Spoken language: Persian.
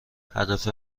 هدف